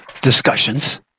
discussions